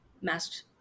masked